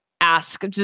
ask